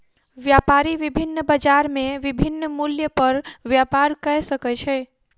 व्यापारी विभिन्न बजार में विभिन्न मूल्य पर व्यापार कय सकै छै